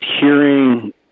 hearing